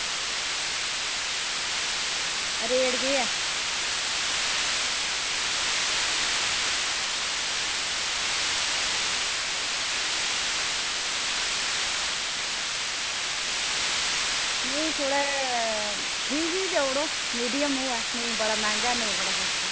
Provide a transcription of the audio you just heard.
rate केह् ऐ नेईं थोह्ड़ा ठीक ई देई ओड़ो मीडियम होऐ नेईं जादा मैह्ंगा होऐ नेईं जादा सस्ता